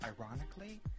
ironically